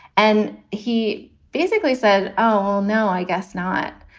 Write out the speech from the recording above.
and he basically said, oh, no, i guess not.